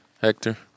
Hector